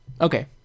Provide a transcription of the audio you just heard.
Okay